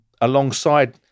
alongside